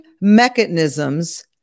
mechanisms